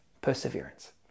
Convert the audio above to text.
perseverance